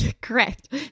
Correct